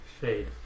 Shade